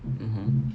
mm hmm